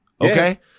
okay